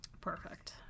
Perfect